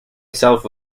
itself